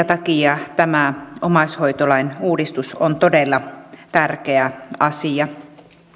takia tämä omaishoitolain uudistus on todella tärkeä asia